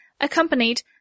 accompanied